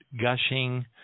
gushing